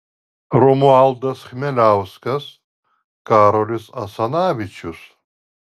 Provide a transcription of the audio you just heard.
romualdas chmeliauskas karolis asanavičius